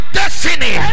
destiny